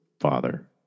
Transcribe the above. father